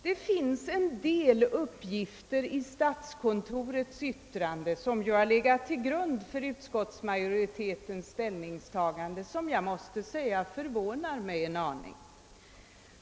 Det finns en del uppgifter i statskontorets yttrande — vilket ju har legat till grund för utskottsmajoritetens ställningstagande — som förvånar mig en aning.